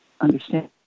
understand